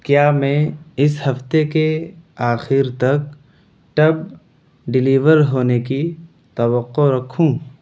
کیا میں اس ہفتے کے آخر تک ٹب ڈلیور ہونے کی توقع رکھوں